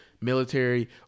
military